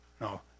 No